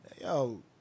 Yo